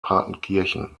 partenkirchen